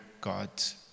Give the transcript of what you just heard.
God's